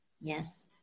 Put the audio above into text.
Yes